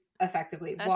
effectively